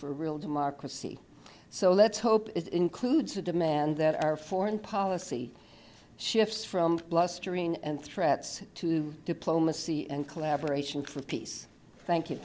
for real democracy so let's hope it includes a demand that our foreign policy shifts from blustering and threats to diplomacy and collaboration for peace thank you